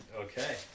Okay